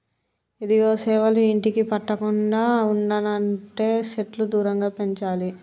ఇదిగో సేవలు ఇంటికి పట్టకుండా ఉండనంటే సెట్లు దూరంగా పెంచాలి